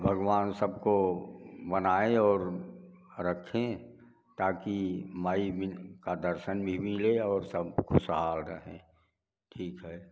भगवान सबको बनाए और रखे ताकि माई मिल का दर्शन भी मिले और सब खुशहाल रहें ठीक है